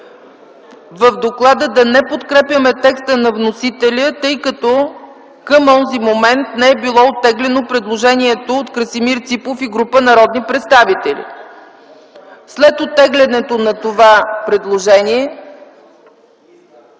в доклада да не подкрепяме текста на вносителя, тъй като към онзи момент не е било оттеглено предложението от Красимир Ципов и група народни представители. След оттеглянето на това предложение